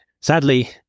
sadly